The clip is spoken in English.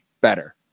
better